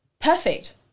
perfect